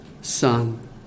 Son